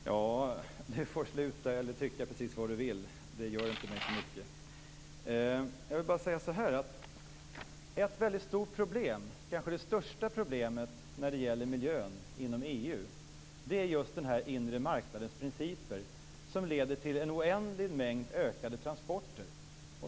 Fru talman! Magnus Johansson får tycka precis vad han vill - det gör inte mig så mycket. Ett väldigt stort problem, kanske det största problemet, när det gäller miljön inom EU är just den inre marknadens principer, som leder till en oändlig mängd transporter.